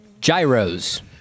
Gyros